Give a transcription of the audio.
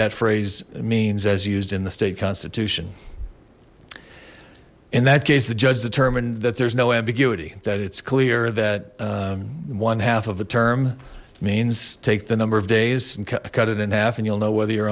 that phrase means as used in the state constitution in that case the judge determined that there's no ambiguity that it's clear that one half of a term means take the number of days and cut it in half and you'll know whether you're